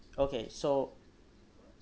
okay so